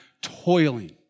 toiling